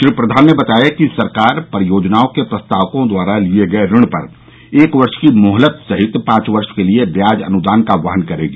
श्री प्रधान ने बताया कि सरकार परियोजना के प्रस्तावकों द्वारा लिए गए ऋण पर एक वर्ष की मोहलत सहित पांच वर्ष के लिए ब्याज अनुदान का वहन करेगी